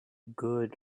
good